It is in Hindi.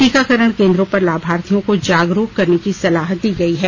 टीकाकरण केन्द्रों पर लाभार्थियों को जागरूक करने की सलाह दी गई है